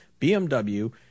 BMW